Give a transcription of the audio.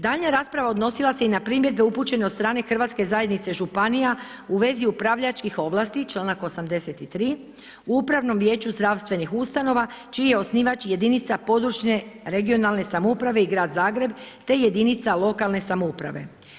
Daljnja rasprava odnosila se i na primjedbe upućene od strane Hrvatske zajednice županija u vezi upravljačkih ovlasti članak 83. u upravnom vijeću zdravstvenih ustanova čiji je osnivač i jedinica područne (regionalne) samouprave i Grad Zagreb te jedinica lokalne samouprave.